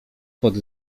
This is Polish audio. pod